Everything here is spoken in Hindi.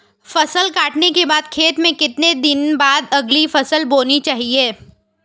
फसल काटने के बाद खेत में कितने दिन बाद अगली फसल बोनी चाहिये?